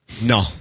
No